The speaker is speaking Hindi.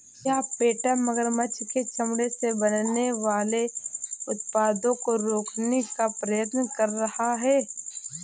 क्या पेटा मगरमच्छ के चमड़े से बनने वाले उत्पादों को रोकने का प्रयत्न कर रहा है?